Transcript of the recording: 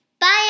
Bye